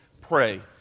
pray